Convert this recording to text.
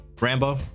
Rambo